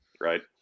Right